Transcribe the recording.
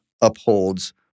upholds